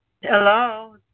Hello